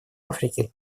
африки